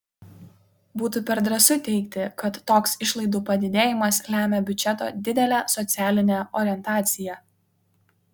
būtų per drąsu teigti kad toks išlaidų padidėjimas lemia biudžeto didelę socialinę orientaciją